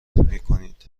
میکنید